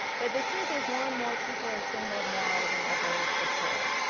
but the truth is more and more people are single now than ever before.